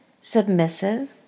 submissive